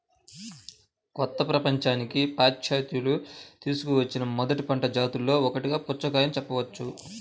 కొత్త ప్రపంచానికి పాశ్చాత్యులు తీసుకువచ్చిన మొదటి పంట జాతులలో ఒకటిగా పుచ్చకాయను చెప్పవచ్చు